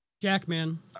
Jackman